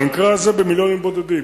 במקרה הזה, במיליונים בודדים.